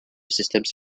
systems